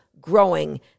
growing